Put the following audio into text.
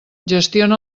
gestiona